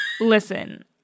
Listen